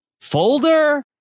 folder